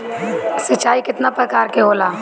सिंचाई केतना प्रकार के होला?